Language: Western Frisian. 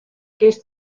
kinst